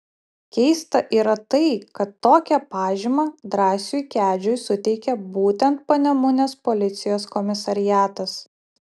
keista yra tai kad tokią pažymą drąsiui kedžiui suteikė būtent panemunės policijos komisariatas